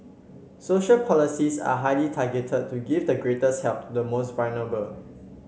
social policies are highly targeted to give the greatest help the most vulnerable